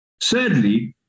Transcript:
Sadly